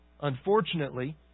Unfortunately